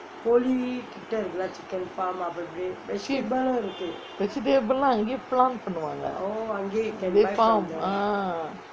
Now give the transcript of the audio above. vegetable லாம் அங்கே:laam angae plant பண்ணுவாங்கே:pannuvaangae they farm ah